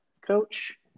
Coach